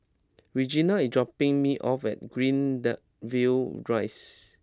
Regena is dropping me off at Greendale view Rise